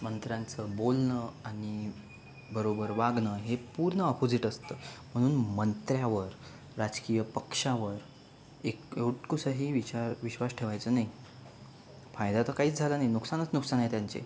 मंत्र्यांचं बोलणं आणि बरोबर वागणं हे पूर्ण अपोझिट असतं म्हणून मंत्र्यांवर राजकीय पक्षांवर एक इतकुसाही विचार विश्वास ठेवायचं नाही फायदा तर काहीच झाला नाही नुकसानंच नुकसान आहे त्यांचे